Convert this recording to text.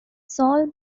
sole